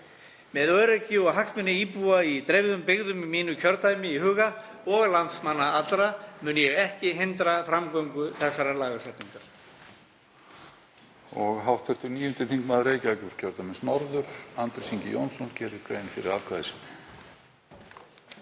Með öryggi og hagsmuni íbúa í dreifðum byggðum í mínu kjördæmi í huga, og landsmanna allra, mun ég ekki hindra framgöngu þessarar lagasetningar.